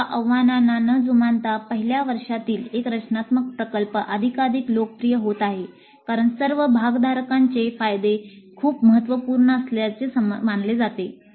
या आव्हानांना न जुमानता पहिल्या वर्षातील एक रचनात्मक प्रकल्प अधिकाधिक लोकप्रिय होत आहे कारण सर्व भागधारकांचे फायदे खूप महत्त्वपूर्ण असल्याचे मानले जाते